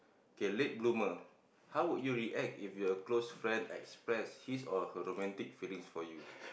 K late bloomer how would you react if your close friend express his or her romantic feelings for you